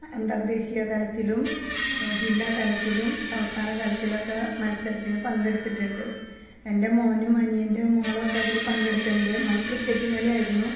അ അന്തര്ദേശീയതലത്തിലും ജില്ലാതലത്തിലും സംസ്ഥാനതലത്തിലൊക്കെ മത്സരത്തിന് പങ്കെടുത്തിട്ടുണ്ട് എന്റെ മോനും അനിയന്റെ മോളൊക്കെ അതിൽ പങ്കെടുത്തിട്ടുണ്ട് മോന് ക്രിക്കറ്റ് കളിയായിരുന്നു